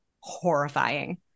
horrifying